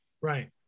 Right